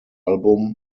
album